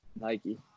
nike